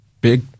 big